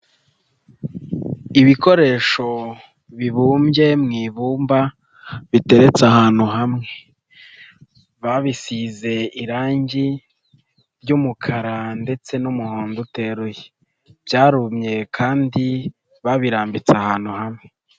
Ibikoresho bibumbye mu ibumba biteretse ahantu hamwe babisize irangi ry'umukara ndetse n'umuhondo uteruye, byarumye kandi babirambitse ahantu hamwe.